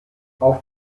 auf